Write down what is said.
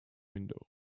windows